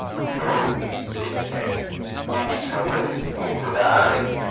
dunno, said sam. maybe sumbuddy's gwine to die.